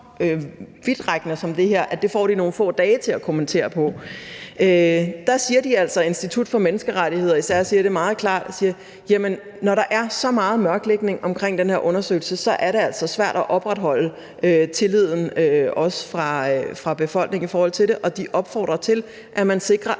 det her, får de nogle få dage til at kommentere på – siger de, og især Institut for Menneskerettigheder siger det meget klart: Når der er så meget mørklægning omkring den her undersøgelse, er det altså svært at opretholde tilliden også fra befolkningens side i forhold til det, og de opfordrer til, at man sikrer,